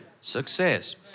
success